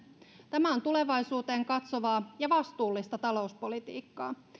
tämä on tulevaisuuteen katsovaa ja vastuullista talouspolitiikkaa